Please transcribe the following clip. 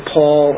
Paul